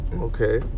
okay